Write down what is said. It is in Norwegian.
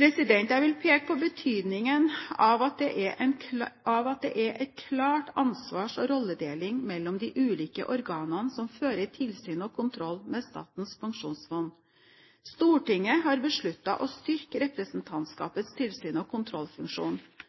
Jeg vil peke på betydningen av at det er en klar ansvars- og rolledeling mellom de ulike organene som fører tilsyn og kontroll med Statens pensjonsfond. Stortinget har besluttet å styrke representantskapets tilsyns- og kontrollfunksjon.